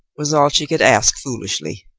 was all she could ask foolishly.